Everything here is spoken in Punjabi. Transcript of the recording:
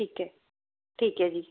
ਠੀਕ ਐ ਠੀਕ ਐ ਜੀ